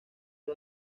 era